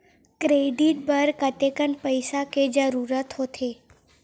Credit बर कतेकन पईसा के जरूरत होथे?